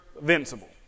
invincible